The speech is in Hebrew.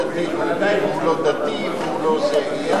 הוא לא דתי והוא לא זה.